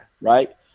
right